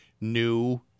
new